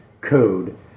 code